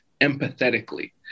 empathetically